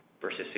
versus